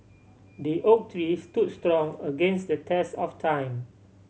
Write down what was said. the oak tree stood strong against the test of time